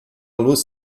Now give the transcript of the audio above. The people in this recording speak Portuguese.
luz